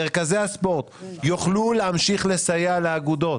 מרכזי הספורט יוכלו להמשיך לסייע לאגודות